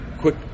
quick